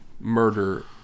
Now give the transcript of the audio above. murder